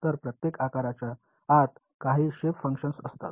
तर प्रत्येक घटकाच्या आत काही शेप फंक्शन्स असतात